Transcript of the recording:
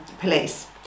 police